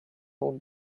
four